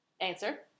Answer